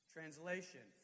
Translation